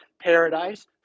paradise